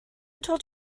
told